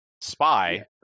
Spy